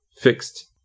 fixed